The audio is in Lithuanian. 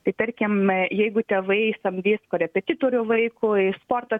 tai tarkim jeigu tėvai samdys korepetitorių vaikui į sportą